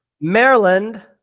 Maryland